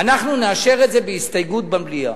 אנחנו נאשר את זה בהסתייגות במליאה.